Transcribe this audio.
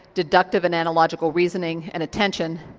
deductive and analogical reasoning and attention.